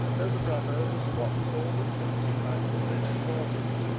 though the brother was once all but tempted by his friends to alter it.